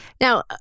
now